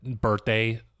birthday